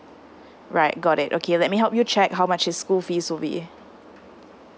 right got it okay let me help you check how much his school fees will be